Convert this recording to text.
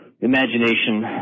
imagination